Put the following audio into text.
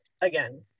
again